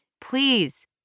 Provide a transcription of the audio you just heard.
Please